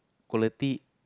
quality